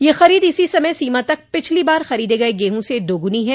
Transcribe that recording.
यह खरीद इसी समय सीमा तक पिछली बार खरीद गये गेहूँ से दोगुनी है